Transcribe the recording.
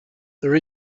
there